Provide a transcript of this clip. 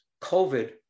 COVID